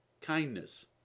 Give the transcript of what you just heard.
kindness